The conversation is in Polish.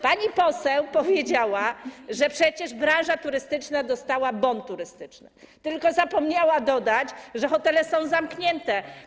Pani poseł powiedziała, że przecież branża turystyczna dostała bon turystyczny, tylko zapomniała dodać, że hotele są zamknięte.